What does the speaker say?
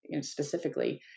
specifically